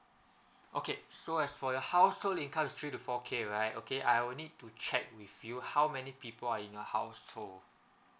okay so as for your household income is three to four K right okay I will need to check with you how many people are in your household